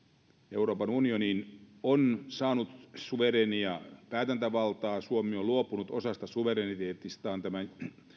euroopan unioni on saanut suvereenia päätäntävaltaa suomi on luopunut osasta suvereniteetistaan tässä